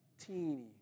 Teeny